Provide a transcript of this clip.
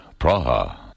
Praha